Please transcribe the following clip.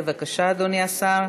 בבקשה, אדוני השר.